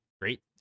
Great